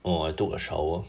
oh I took a shower